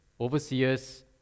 overseers